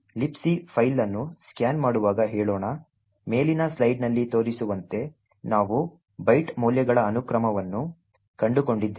Libc file ಅನ್ನು scan ಮಾಡುವಾಗ ಹೇಳೋಣ ಮೇಲಿನ ಸ್ಲೈಡ್ನಲ್ಲಿ ತೋರಿಸಿರುವಂತೆ ನಾವು ಬೈಟ್ ಮೌಲ್ಯಗಳ ಅನುಕ್ರಮವನ್ನು ಕಂಡುಕೊಂಡಿದ್ದೇವೆ